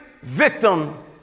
victim